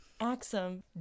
Axum